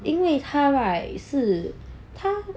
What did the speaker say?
因为他 right 是他